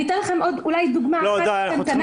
אתן עוד דוגמה קטנה.